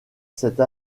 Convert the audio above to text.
cette